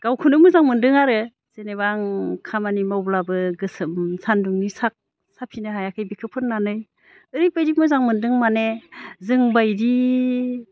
गावखौनो मोजां मोन्दों आरो जेनेबा आं खामानि मावब्लाबो गोसोम सान्दुंनि साफिनो हायाखै बेखो फोननानै ओरैबायदि मोजां मोन्दों माने जोंबायदि